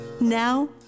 Now